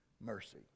mercy